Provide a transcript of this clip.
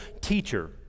teacher